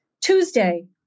Tuesday